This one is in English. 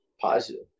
positive